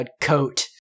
coat